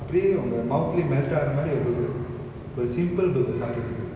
அப்டியே அவங்க:apdiye avanga mouth லையே:laye melt ஆகுற மாறி ஒரு ஒரு:akura mari oru oru simple burger சாப்பிட்டு:sappittu